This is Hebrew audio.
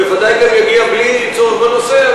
הוא בוודאי גם יגיע בלי צורך בנושא,